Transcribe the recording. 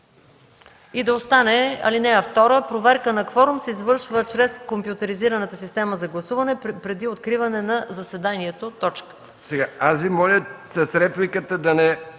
и да остане ал. 2: „Проверка на кворум се извършва чрез компютризираната система за гласуване преди откриване на заседанието.”